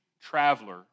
traveler